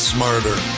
Smarter